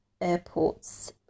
airports